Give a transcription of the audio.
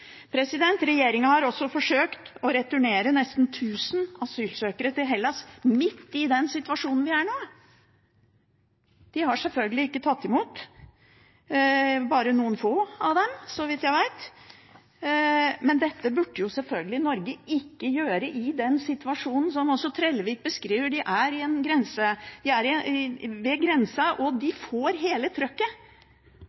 har også forsøkt å returnere nesten 1 000 asylsøkere til Hellas, midt i den situasjonen vi er i nå. De har selvfølgelig ikke tatt imot – bare noen få av dem, så vidt jeg vet. Men dette burde Norge selvfølgelig ikke gjøre i den situasjonen som også representanten Trellevik beskriver – de er ved grensa, og de får hele trøkken. Da skal vel ikke Norge drive og